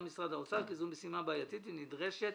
משרד האוצר כי זו משימה בעייתית ונדרשת